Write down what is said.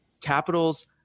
capital's